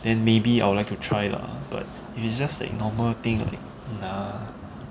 then maybe I would like to try lah but it's just like normal thing nah